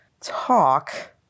talk